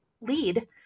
lead